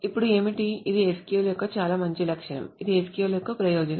ఇప్పుడు ఏమిటి ఇది SQL యొక్క చాలా మంచి లక్షణం ఇది SQL యొక్క ప్రయోజనం